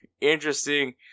interesting